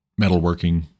metalworking